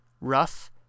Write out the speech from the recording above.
Rough